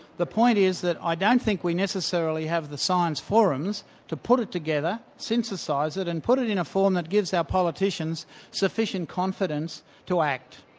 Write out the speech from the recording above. the point is that i don't think we necessarily have the science forums to put it together, synthesize it and put it in a form that gives our politicians sufficient confidence to act.